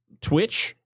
Twitch